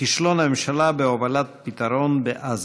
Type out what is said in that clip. כישלון הממשלה בהובלת פתרון בעזה.